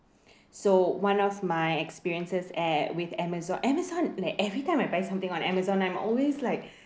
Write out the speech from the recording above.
so one of my experiences eh with Amazon Amazon like every time I buy something on Amazon I'm always like